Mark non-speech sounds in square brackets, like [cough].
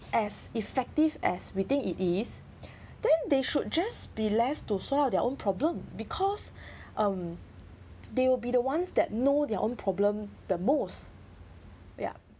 as effective as we think it is [breath] then they should just be left to solve their own problems because [breath] um they will be the ones that know their own problem the most yeah